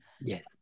Yes